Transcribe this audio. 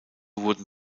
wurden